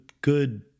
good